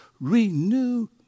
renew